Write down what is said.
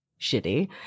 shitty